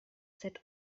cette